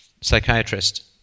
psychiatrist